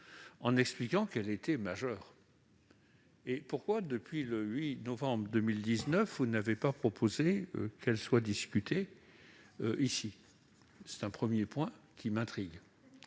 en expliquant qu'elle était majeure. Mais pourquoi, depuis le 8 novembre 2019, n'avez-vous pas proposé qu'elle soit discutée ici ? Ce premier point m'intrigue.